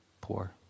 poor